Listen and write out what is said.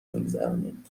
میگذرونیم